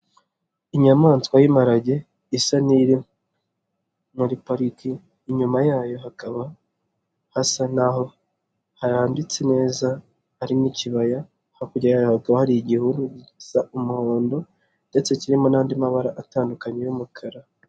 Inyamaswa y'imparage isa n'iri muri pariki. Inyuma yayo hakaba hasa n'aho harambitse neza hari n'ikibaya. Hakurya yaho hakaba hari igihuru gisa umuhondo ndetse kirimo n'andi mabara atandukanye y'umukara.